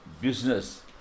business